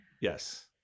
Yes